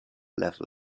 level